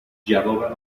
جواب